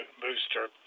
booster